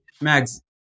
Mags